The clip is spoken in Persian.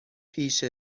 پیش